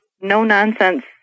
no-nonsense